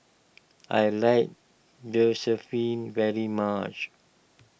I like very much